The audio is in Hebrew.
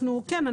כן.